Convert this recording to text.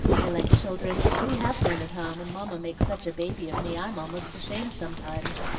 i like children we have none at home, and mamma makes such a baby of me i'm almost ashamed sometimes.